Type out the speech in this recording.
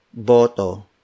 BOTO